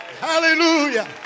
Hallelujah